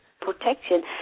protection